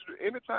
Anytime